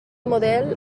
model